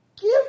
give